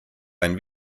ein